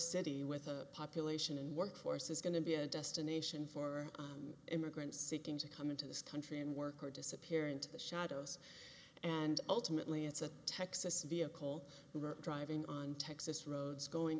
city with a population and workforce is going to be a destination for immigrants sitting to come into this country and work or disappear into the shadows and ultimately it's a texas vehicle driving on texas roads going